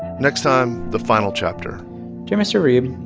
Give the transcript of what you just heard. next time, the final chapter dear mr. reeb,